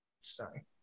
sorry